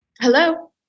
Hello